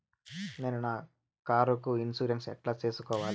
నేను నా కారుకు ఇన్సూరెన్సు ఎట్లా సేసుకోవాలి